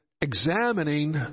examining